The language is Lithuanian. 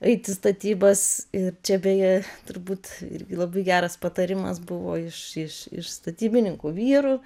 eit į statybas ir čia beje turbūt irgi labai geras patarimas buvo iš iš iš statybininkų vyrų